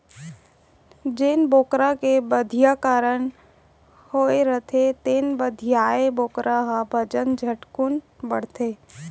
जेन बोकरा के बधियाकरन होए रहिथे तेन बधियाए बोकरा के बजन झटकुन बाढ़थे